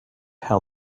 how